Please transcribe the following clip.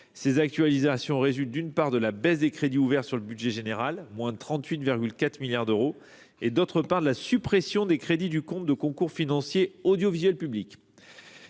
Ces actualisations résultent, d’une part, de la baisse des crédits ouverts sur le budget général, à hauteur de 38,4 milliards d’euros, d’autre part, de la suppression des crédits du compte de concours financiers « Avances à l’audiovisuel public